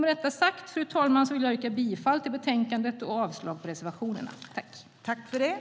Med detta sagt vill jag yrka bifall till förslaget i betänkandet och avslag på reservationerna.